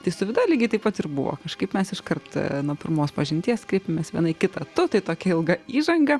tai lygiai taip pat ir buvo kažkaip mes iškart nuo pirmos pažinties kreipėmės viena į kitą tu tai tokia ilga įžanga